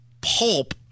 pulp